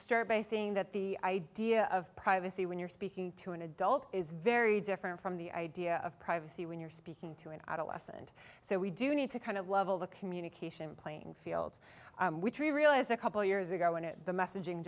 start by saying that the idea of privacy when you're speaking to an adult is very different from the idea of privacy when you're speaking to an adolescent so we do need to kind of level the communication playing fields which we realize a couple years ago when the messaging